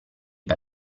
per